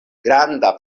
granda